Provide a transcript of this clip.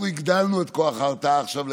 אנחנו הגדלנו את כוח ההרתעה עכשיו,